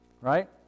right